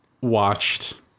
watched